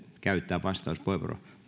käyttää vastauspuheenvuoro